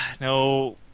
No